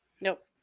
Nope